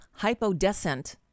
hypodescent